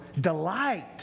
delight